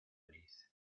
feliz